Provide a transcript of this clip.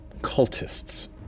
cultists